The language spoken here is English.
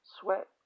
Sweat